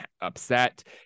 upset